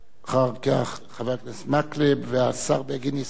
אחר כך, חבר הכנסת מקלב, והשר בגין יסכם.